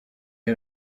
est